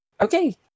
okay